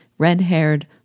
red-haired